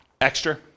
extra